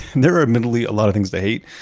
there are admittedly a lot of things to hate,